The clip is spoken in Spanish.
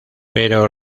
pero